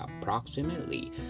approximately